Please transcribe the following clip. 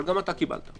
וגם אתה קיבלת.